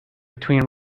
between